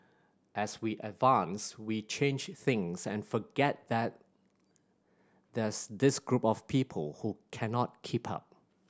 as we advance we change things and forget that there's this group of people who cannot keep up